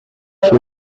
she